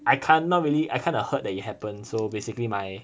I can't not really I kind of heard that it happened so basically my